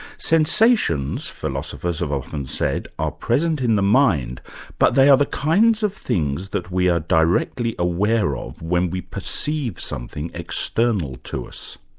sensations, philosophers have often said, are present in the mind but they are the kinds of things that we are directly aware of when we perceive something external to us.